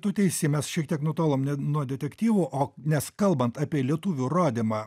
tu teisi mes šiek tiek nutolom ne nuo detektyvų o nes kalbant apie lietuvių rodymą